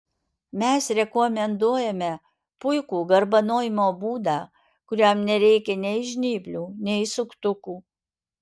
mes rekomenduojame puikų garbanojimo būdą kuriam nereikia nei žnyplių nei suktukų